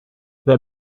there